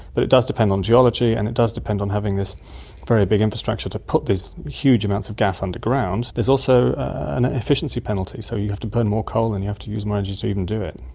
but it does depend on geology and it does depend on having this very big infrastructure to put these huge amounts of gas underground. there is also an efficiency penalty, so you have to put in more coal and you have to use more energy to even do it.